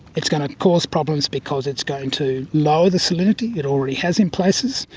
it's going to cause problems because it's going to lower the salinity, it already has in places,